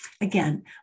again